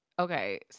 Okay